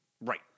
Right